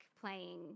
playing